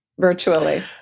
virtually